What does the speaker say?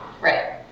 right